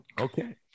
Okay